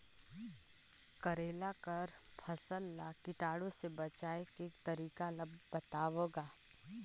करेला कर फसल ल कीटाणु से बचाय के तरीका ला बताव ग?